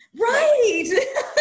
Right